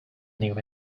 knew